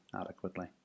adequately